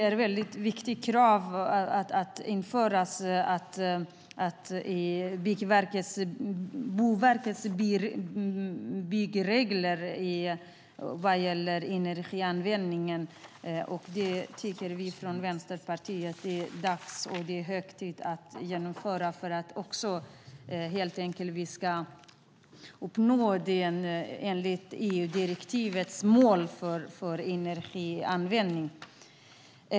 Det är viktigt att införa detta krav i Boverkets byggregler om energianvändning. Vi i Vänsterpartiet tycker att det är hög tid att genomföra det, helt enkelt för att vi ska uppnå EU-direktivets mål om energianvändning.